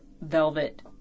velvet